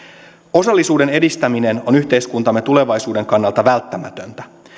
osallisuuden edistäminen on yhteiskuntamme tulevaisuuden kannalta välttämätöntä